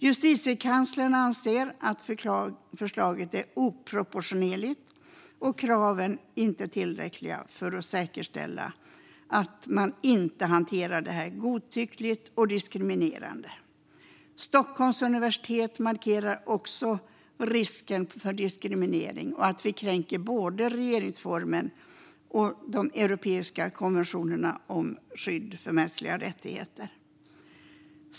Justitiekanslern anser att förslaget är oproportionerligt och kraven inte tillräckliga för att säkerställa att man inte hanterar det här godtyckligt och diskriminerande. Stockholms universitet markerar också risken för diskriminering och att vi kränker både regeringsformen och de europeiska konventionerna om skydd för de mänskliga rättigheterna.